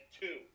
two